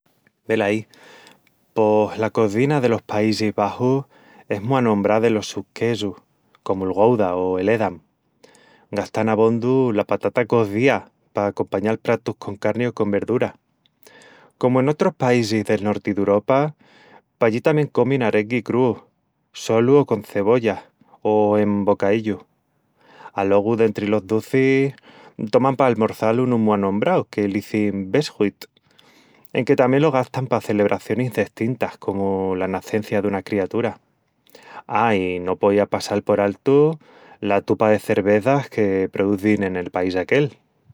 Velaí, pos la cozina delos Paisis Baxus es mu anombrá delos sus quesus, comu'l Gouda o el Edam. Gastan abondu la patata cozía pa compañal pratus con carni o con verdura. Comu en otrus paisis del norti d'Uropa, pallí tamién comin arengui crúu, solu o con cebollas, o en bocaíllu. Alogu, dentri los ducis, toman pa almorçal unu mu anombrau, que l'izin "beschuit", enque tamién lo gastan pa celebracionis destintas, comu la nacencia duna criatura. A, i no poía passal por altu la tupa de cervezas que produzin en el país aquel.